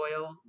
oil